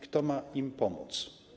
Kto ma im pomóc?